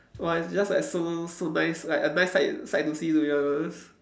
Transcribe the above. !wah! it's just like so so nice like a nice sight sight to see to be honest